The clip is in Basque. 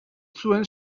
zuen